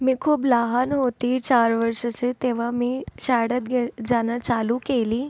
मी खूप लहान होती चार वर्षाची तेव्हा मी शाळेत गे जाणं चालू केली